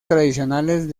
tradicionales